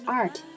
art